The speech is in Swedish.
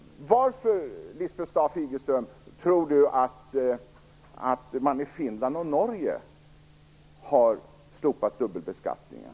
Varför, tror Lisbeth Staaf-Igelström, har man i Finland och Norge slopat dubbelbeskattningen?